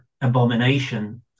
abomination